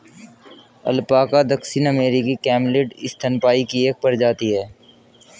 alpaca दक्षिण अमेरिकी camelid स्तनपायी की एक प्रजाति है